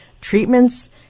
treatments